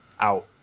out